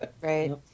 Right